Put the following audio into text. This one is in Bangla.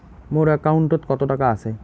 মোর একাউন্টত কত টাকা আছে?